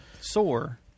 sore